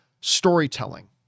storytelling